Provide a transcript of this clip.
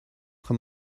آخه